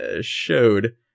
showed